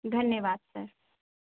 धन्यवाद सर